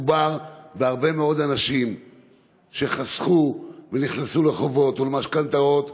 מדובר בהרבה מאוד אנשים שחסכו ונכנסו לחובות או למשכנתאות